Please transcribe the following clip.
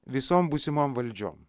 visom būsimom valdžiom